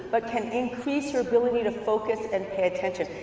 but can increase your ability to focus and pay attention.